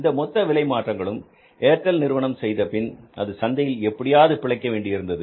இந்த மொத்த விலை மாற்றங்களும் ஏர்டெல் நிறுவனம் செய்தபின் அது சந்தையில் எப்படியாவது பிழைக்க வேண்டி இருந்தது